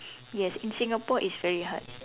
yes in Singapore it's very hard